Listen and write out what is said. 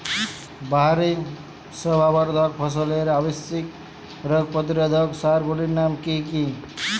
বাহারী শোভাবর্ধক ফসলের আবশ্যিক রোগ প্রতিরোধক সার গুলির নাম কি কি?